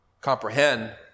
comprehend